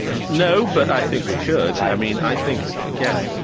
no, but i think we should. i mean i think again,